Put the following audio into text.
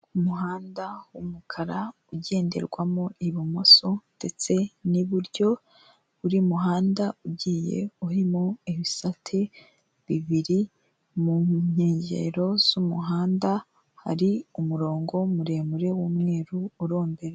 Umuhanda w'umukara ugenderwamo ibumoso ndetse n'iburyo, buri muhanda ugiye urimo ibisate bibiri mu nkengero z'umuhanda, hari umurongo muremure w'umweru urombereza.